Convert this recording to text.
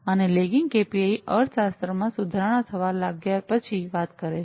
અને lagging KPI અર્થશાસ્ત્રમાં સુધારણા થવા લાગ્યા પછી વાત કરે છે